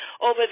over